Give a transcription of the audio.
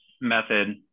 method